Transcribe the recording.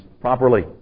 properly